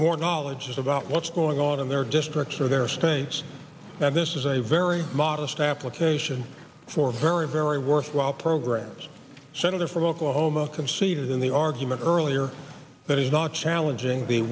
more knowledge about what's going on in their districts or their states and this is a very modest application for very very worthwhile programs senator from oklahoma conceded in the argument earlier that he's not challenging the